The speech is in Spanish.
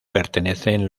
pertenecen